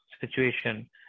situation